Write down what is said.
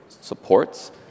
supports